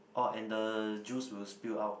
orh and the juice will spill out